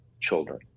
children